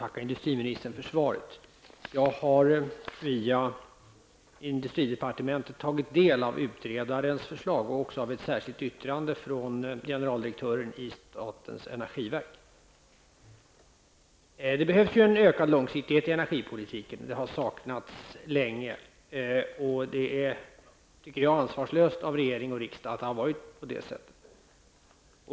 Herr talman! Jag får tacka industriministern för svaret. Jag har via industridepartementet tagit del av utredarens förslag och också av ett särskilt yttrande från generaldirektören i statens energiverk. Det behövs en ökad långsiktighet i energipolitiken. Det har saknats länge. Jag tycker att det är ansvarslöst av regering och riksdag att det har varit på det sättet.